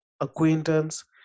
acquaintance